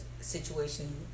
situation